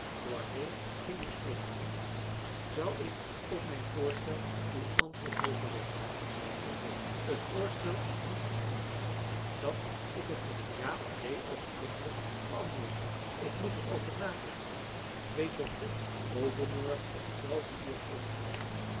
poiré ging dus voort zou ik op mijn voorstel uw antwoord mogen weten mijnheer poiré het voorstel is niet van dien aard dat ik het met een ja of neen oogenblikkelijk beantwoorden kan ik moet er over nadenken wees zoo goed overmorgen op hetzelfde uur terugtekomen